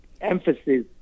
Emphasis